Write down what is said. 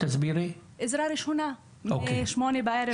עזרה ראשונה מ-20:00 בערב.